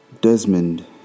Desmond